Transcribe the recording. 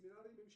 הסמינרים הם שלך.